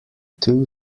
two